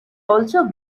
also